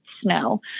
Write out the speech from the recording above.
snow